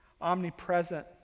omnipresent